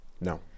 No